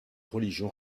religion